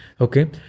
Okay